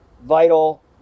vital